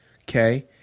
Okay